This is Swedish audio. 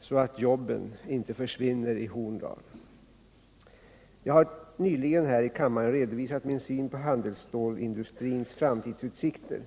så att jobben inte försvinner i Horndal. Jag har nyligen här i kammaren redovisat min syn på handelsstålsindustrins framtidsutsikter.